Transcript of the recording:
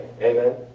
Amen